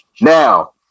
Now